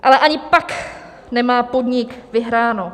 Ale ani pak nemá podnik vyhráno.